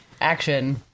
action